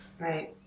Right